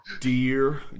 Dear